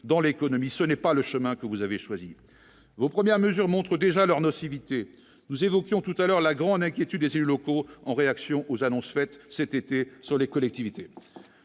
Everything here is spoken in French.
dans l'économie, ce n'est pas le chemin que vous avez choisi vos premières mesures montrent déjà leur nocivité, nous évoquions tout à l'heure, la grande inquiétude des élus locaux, en réaction aux annonces faites cette été sur les collectivités,